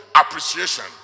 appreciation